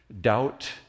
Doubt